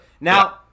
Now –